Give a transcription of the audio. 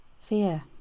fear